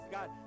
God